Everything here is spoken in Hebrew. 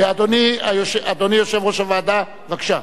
אדוני, יושב-ראש הוועדה, בבקשה.